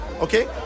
okay